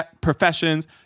professions